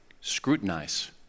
Scrutinize